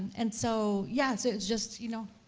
and so, yes. it's just, you know,